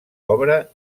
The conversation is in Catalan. l’obra